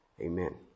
Amen